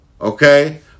Okay